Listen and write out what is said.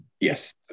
Yes